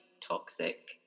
toxic